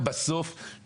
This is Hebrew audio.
תיקחו את הכסף הזה,